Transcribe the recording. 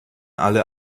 alle